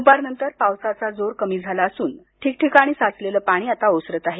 दुपारनंतर पावसाचा जोर कमी झाला असून ठिकठिकाणी साचलेलं पाणी ओसरत आहे